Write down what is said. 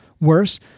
Worse